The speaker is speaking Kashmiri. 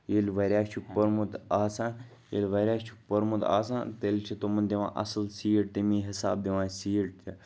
ییٚلہِ واریاہ چھُ پوٚرمُت آسان ییٚلہِ واریاہ چھُ پوٚرمُت آسان تیٚلہِ چھِ تِمَن دِوان اَصٕل سیٖٹ تٔمی حِساب دِوان سیٖٹ تہِ